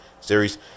series